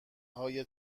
های